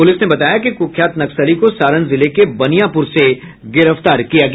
police ने बताया कि कुख्यात नक्सली को सारण जिले के बनियापुर से गिरफ्तार किया गया